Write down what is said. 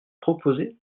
proposées